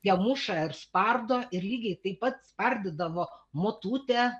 ją muša ir spardo ir lygiai taip pat spardydavo motutę